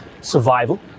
Survival